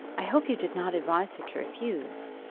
i hope you did not advise her to refuse.